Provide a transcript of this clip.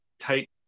tight